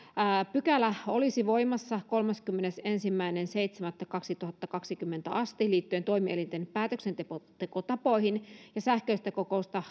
pykälä olisi voimassa kolmaskymmenesensimmäinen seitsemättä kaksituhattakaksikymmentä asti liittyen toimielinten päätöksentekotapoihin ja sähköistä kokousta